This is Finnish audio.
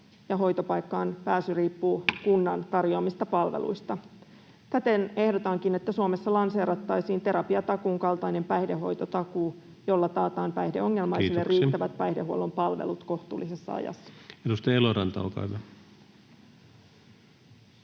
hoitopaikkaan pääsy riippuu kunnan tarjoamista palveluista. Täten ehdotankin, että Suomessa lanseerattaisiin terapiatakuun kaltainen päihdehoitotakuu, jolla taataan päihdeongelmaisille [Puhemies: Kiitoksia!] riittävät päihdehuollon palvelut kohtuullisessa ajassa. [Speech 86] Speaker: